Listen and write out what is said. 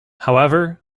however